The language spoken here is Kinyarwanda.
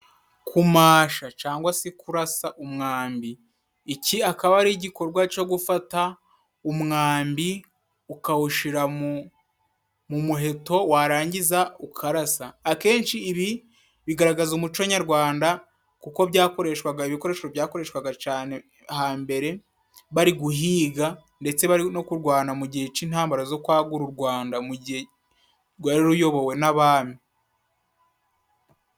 Kumasha cangwa se kurasa umwambi, iki akaba ari igikorwa co gufata umwambi ukawushira mu muheto warangiza ukarasa. Akenshi ibi bigaragaza umuco nyarwanda kuko byakoreshwaga ibikoresho byakoreshwaga cane hambere bari guhiga, ndetse bari no kurwana mu gihe c'intambara zo kwagura u Rwanda mu gihe rwari ruyobowe n'abami.